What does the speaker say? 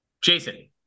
Jason